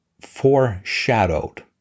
foreshadowed